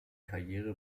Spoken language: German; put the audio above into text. karriere